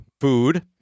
Food